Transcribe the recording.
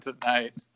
tonight